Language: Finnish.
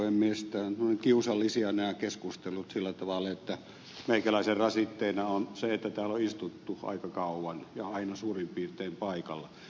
nämä keskustelut ovat kiusallisia sillä tavalla että meikäläisen rasitteena on se että täällä on istuttu aika kauan ja aina suurin piirtein paikalla